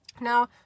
Now